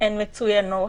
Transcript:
הן מצוינות,